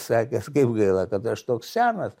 sakęs kaip gaila kad aš toks senas